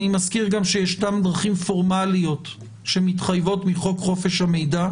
אני מזכיר גם שיש דרכים פורמליות שמתחייבות מחוק חופש המידע.